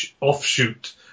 offshoot